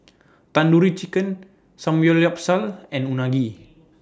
Tandoori Chicken Samgyeopsal and Unagi